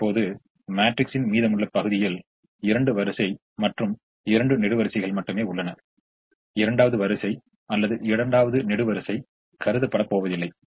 இப்போது மேட்ரிக்ஸின் மீதமுள்ள பகுதியில் இரண்டு வரிசை மற்றும் இரண்டு நெடுவரிசைகள் மட்டுமே உள்ளன இரண்டாவது வரிசை மற்றும் இரண்டாவது நெடுவரிசை கருதப்படப்போவதில்லை